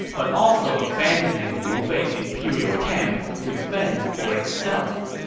but also abandoning liu bei's imperial camp to fend for itself.